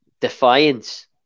defiance